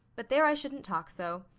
but there, i shouldn't talk so.